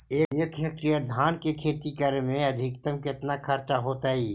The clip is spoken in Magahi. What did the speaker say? एक हेक्टेयर धान के खेती करे में अधिकतम केतना खर्चा होतइ?